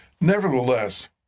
Nevertheless